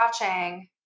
watching